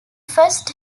first